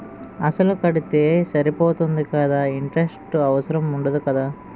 అసలు కడితే సరిపోతుంది కదా ఇంటరెస్ట్ అవసరం ఉండదు కదా?